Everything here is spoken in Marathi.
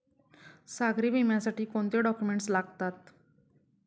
सागरी विम्यासाठी कोणते डॉक्युमेंट्स लागतात?